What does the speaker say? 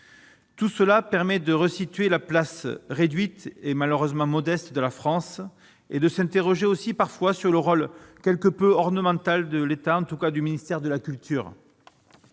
tout cela permet de resituer la place réduite et malheureusement modestes de la France et de s'interroger aussi parfois sur le rôle quelque peu ornemental de l'État, en tout cas du ministère de la culture,